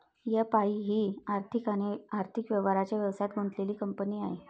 FI ही आर्थिक आणि आर्थिक व्यवहारांच्या व्यवसायात गुंतलेली कंपनी आहे